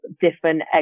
different